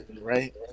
right